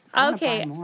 Okay